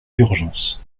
urgence